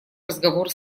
разговор